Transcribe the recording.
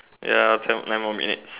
ya okay nine more minutes